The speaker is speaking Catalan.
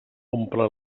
omple